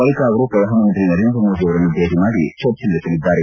ಬಳಿಕ ಅವರು ಪ್ರಧಾನಮಂತ್ರಿ ನರೇಂದ್ರ ಮೋದಿ ಅವರನ್ನು ಭೇಟ ಮಾಡಿ ಚರ್ಚೆ ನಡೆಸಲಿದ್ದಾರೆ